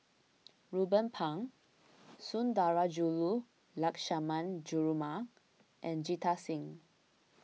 Ruben Pang Sundarajulu Lakshmana Perumal and Jita Singh